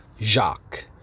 Jacques